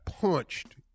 punched